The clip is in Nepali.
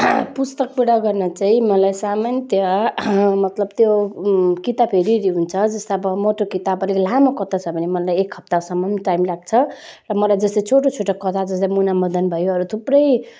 पुस्तक पुरा गर्नु चाहिँ मलाई सामन्यतया मतलब त्यो किताब हेरी हेरी हुन्छ जस्तै अब मोटो किताब अलिक लामो कथा छ भने मलाई एक हप्तासम्म टाइम लाग्छ र मलाई जस्तै छोटो छोटो कथा जस्तै मुनामदन भयो अरू थुप्रै